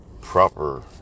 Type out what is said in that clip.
proper